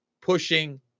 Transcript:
pushing